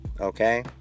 okay